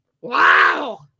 Wow